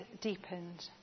deepened